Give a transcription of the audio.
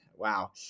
Wow